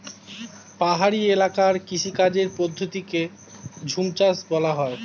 পাহাড়ি এলাকার কৃষিকাজের পদ্ধতিকে ঝুমচাষ বলা হয়